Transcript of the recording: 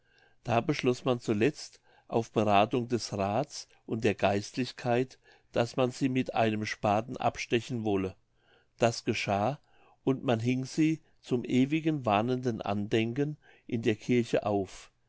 da beschloß man zuletzt auf berathung des raths und der geistlichkeit daß man sie mit einem spaten abstechen wolle das geschah und man hing sie zum ewigen warnenden andenken in der kirche auf